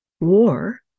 war